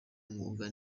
mwuga